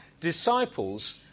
Disciples